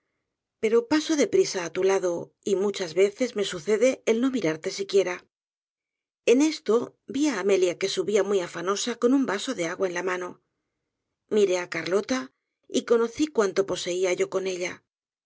pero paso de prisa á tu lado y muchas veces me sucede el no mirarte siquiera en esto vi á amelia que subia muy afanosa con un vaso de agua en la mano miré á carlota y conocí cuánto poseía yo con ella